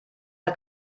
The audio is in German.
hat